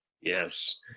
Yes